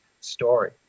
story